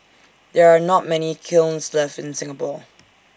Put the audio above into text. there are not many kilns left in Singapore